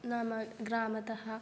नाम्नः ग्रामतः